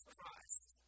Christ